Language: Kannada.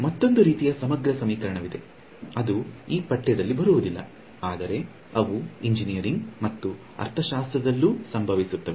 ಮತ್ತೊಂದು ರೀತಿಯ ಸಮಗ್ರ ಸಮೀಕರಣವಿದೆ ಅದು ಈ ಪಠ್ಯದಲ್ಲಿ ಬರುವುದಿಲ್ಲ ಆದರೆ ಅವು ಎಂಜಿನಿಯರಿಂಗ್ ಮತ್ತು ಅರ್ಥಶಾಸ್ತ್ರದಲ್ಲೂ ಸಂಭವಿಸುತ್ತವೆ